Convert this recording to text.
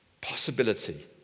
possibility